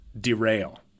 derail